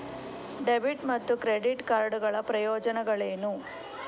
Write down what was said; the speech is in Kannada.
ಡೆಬಿಟ್ ಮತ್ತು ಕ್ರೆಡಿಟ್ ಕಾರ್ಡ್ ಗಳ ಪ್ರಯೋಜನಗಳೇನು?